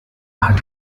hat